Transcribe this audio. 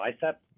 bicep